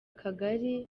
kagari